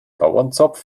bauernzopf